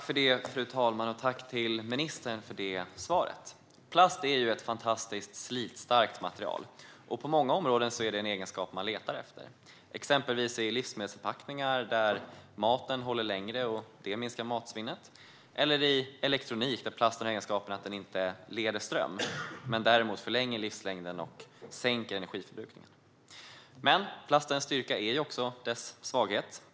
Fru talman! Tack, ministern, för svaret! Plast är ett fantastiskt slitstarkt material, och på många områden är detta en egenskap som man letar efter, exempelvis i livsmedelsförpackningar där maten håller längre, vilket minskar matsvinnet, eller i elektronik, där plast har den egenskapen att den inte leder ström men däremot förlänger livslängden och sänker energiförbrukningen. Men plastens styrka är också dess svaghet.